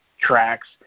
tracks